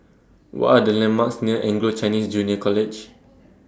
What Are The landmarks near Anglo Chinese Junior College